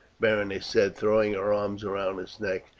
berenice said, throwing her arms round his neck,